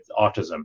autism